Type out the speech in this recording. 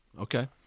Okay